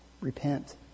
Repent